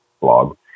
blog